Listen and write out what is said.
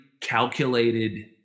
calculated